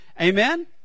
Amen